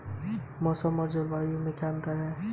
मौसम और जलवायु में क्या अंतर?